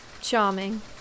Charming